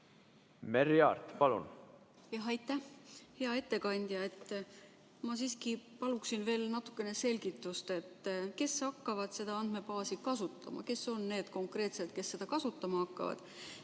Merry Aart, palun! Aitäh! Hea ettekandja! Ma siiski paluksin veel natukene selgitust, kes hakkavad seda andmebaasi kasutama. Kes on need, konkreetselt, kes seda kasutama hakkavad?